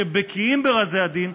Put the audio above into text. שבקיאים ברזי הדין,